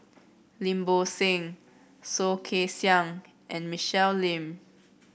Lim Bo Seng Soh Kay Siang and Michelle Lim